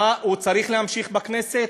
הוא צריך להמשיך בכנסת?